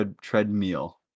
Treadmill